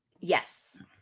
Yes